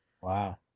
Wow